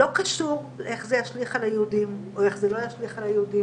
לא קשור איך זה ישליך על היהודים או איך זה לא ישליך על היהודים.